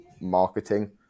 marketing